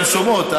הן שומעות,